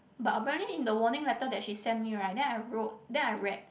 but apparently in the warning letter that she sent me right then I wrote then I read